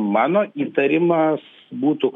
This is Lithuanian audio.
mano įtarimas būtų